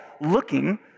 looking